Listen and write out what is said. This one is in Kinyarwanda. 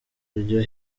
iryo